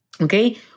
Okay